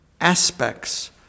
aspects